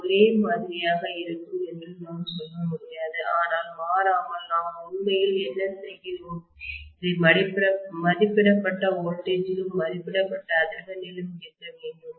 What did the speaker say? இது ஒரே மாதிரியாக இருக்கும் என்று நான் சொல்ல முடியாது ஆனால் மாறாமல் நாம் உண்மையில் என்ன செய்கிறோம் இதை மதிப்பிடப்பட்ட வோல்டேஜ் லும் மதிப்பிடப்பட்ட அதிர்வெண்ணிலும் இயக்க வேண்டும்